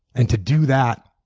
and to do that